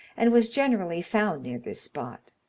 and was generally found near this spot.